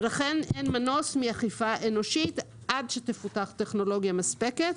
לכן עד שתפותח טכנולוגיה מספקת,